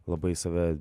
labai save